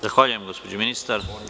Zahvaljujem gospođo ministar.